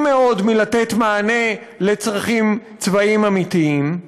מאוד מלתת מענה לצרכים צבאיים אמיתיים.